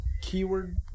Keyword